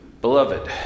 Beloved